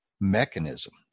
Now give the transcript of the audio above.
mechanism